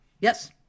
Yes